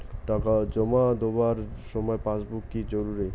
টাকা জমা দেবার সময় পাসবুক কি জরুরি?